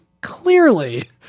clearly